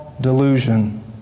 delusion